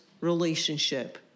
relationship